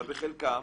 אבל בחלקם